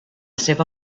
seva